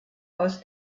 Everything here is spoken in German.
aus